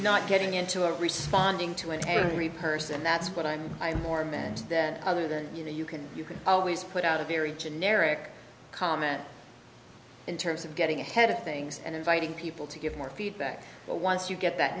not getting into it responding to in a repurchase and that's what i'm i'm more meant that other than you know you can you can always put out a very generic comment in terms of getting ahead of things and inviting people to give more feedback but once you get that